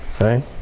right